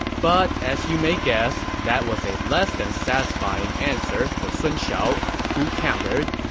but as you may guess, that was a less-than-satisfactory answer for sun shao, who countered,